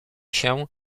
się